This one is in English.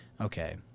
Okay